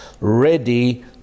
ready